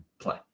play